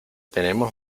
tenemos